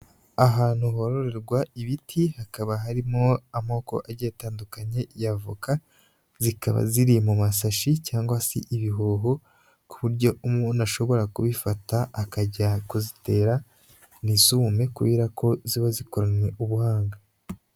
Ahantu hororerwa ibiti hakaba harimo amoko agiye atandukanye ya avoka, zikaba ziri mu mashashi cyangwa se ibihoho, ku buryo umuntu ashobora kubifata akajya kuzitera ntizume, kubera ko ziba zikoranye ubuhanga.